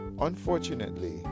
Unfortunately